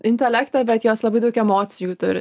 intelektą bet jos labai daug emocijų turi